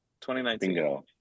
2019